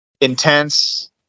Intense